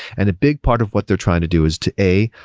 and the big part of what they're trying to do is to, a,